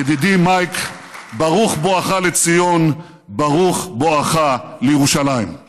ידידי מייק, ברוך בואך לציון, ברוך בואך לירושלים.